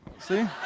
See